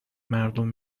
مردم